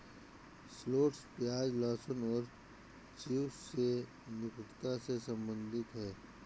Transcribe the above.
shallots प्याज, लहसुन और चिव्स से निकटता से संबंधित है